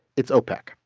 it's opec,